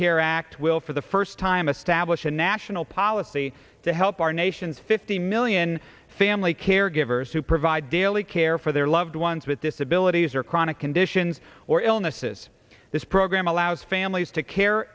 care act will for the first time establish a national policy to help our nation's fifty million family caregivers who provide daily care for their loved ones with disabilities or chronic conditions or illnesses this program allows families to care